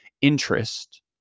interest